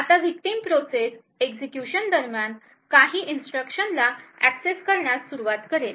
आता victim process execution दरम्यान काही इन्स्ट्रक्शनला एक्सेस करण्यास सुरुवात करेल